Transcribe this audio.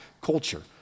culture